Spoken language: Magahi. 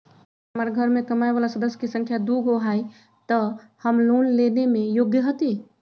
हमार घर मैं कमाए वाला सदस्य की संख्या दुगो हाई त हम लोन लेने में योग्य हती?